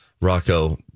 Rocco